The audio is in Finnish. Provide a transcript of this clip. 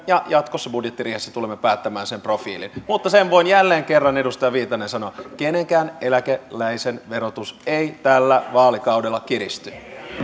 ja jatkossa budjettiriihessä tulemme päättämään sen profiilin mutta sen voin jälleen kerran edustaja viitanen sanoa että kenenkään eläkeläisen verotus ei tällä vaalikaudella kiristy